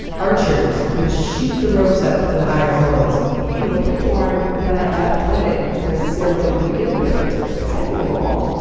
archers could shoot the ropes up to the higher floors. you know, people aren't that athletic necessarily to begin with but second of all,